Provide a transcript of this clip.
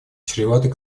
чреватый